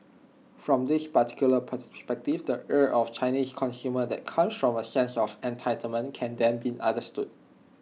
from this particular perspective the ire of Chinese consumers that come from A sense of entitlement can then be understood